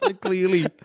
Clearly